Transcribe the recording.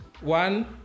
One